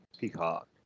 Peacock